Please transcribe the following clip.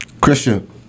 Christian